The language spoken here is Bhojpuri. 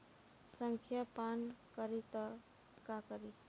संखिया पान करी त का करी?